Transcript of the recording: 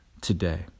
today